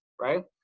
right